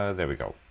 ah there we go